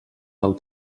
del